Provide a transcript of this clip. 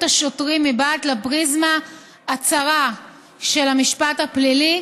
שוטרים מבעד לפריזמה הצרה של המשפט הפלילי